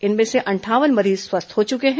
इनमें से अंठावन मरीज स्वस्थ हो चुके हैं